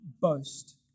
boast